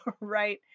Right